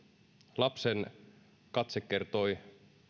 lapsen katse kertoi